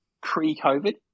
pre-COVID